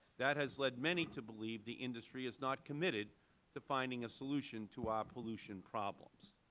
that has led many to believe the industry is not committed to finding a solution to our pollution problems.